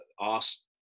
asked